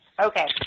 Okay